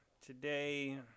Today